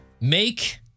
Make